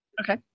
Okay